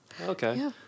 Okay